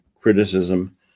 criticism